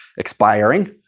expiring.